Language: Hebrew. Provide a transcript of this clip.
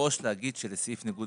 באופן חריג מראש להגיד שלסעיף ניגוד